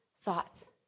thoughts